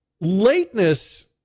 lateness